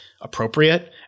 appropriate